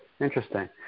Interesting